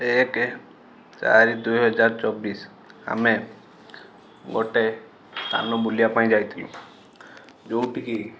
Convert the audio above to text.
ଏକ ଚାରି ଦୁଇ ହଜାର ଚବିଶି ଆମେ ଗୋଟେ ସ୍ଥାନ ବୁଲିବା ପାଇଁ ଯାଇଥିଲୁ ଯେଉଁଠି କି